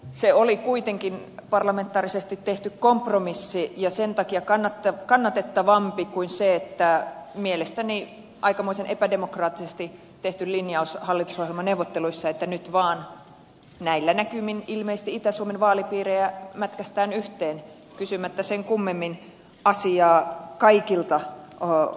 se oli kuitenkin parlamentaarisesti tehty kompromissi ja sen takia kannatettavampi kuin mielestäni aikamoisen epädemokraattisesti tehty linjaus hallitusohjelmaneuvotteluissa että nyt vaan näillä näkymin ilmeisesti itä suomen vaalipiirejä mätkäistään yhteen kysymättä sen kummemmin asiaa kaikilta osallisilta